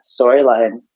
storyline